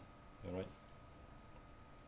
all right